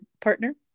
partner